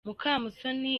mukamusoni